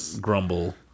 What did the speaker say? grumble